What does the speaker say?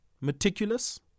meticulous